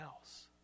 else